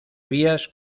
vías